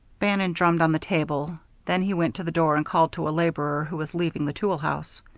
bannon drummed on the table then he went to the door and called to a laborer who was leaving the tool house